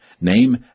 name